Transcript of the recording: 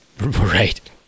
Right